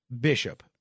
Bishop